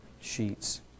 sheets